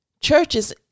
Churches